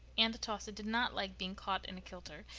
aunt atossa did not like being caught in a kilter,